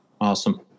Awesome